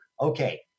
okay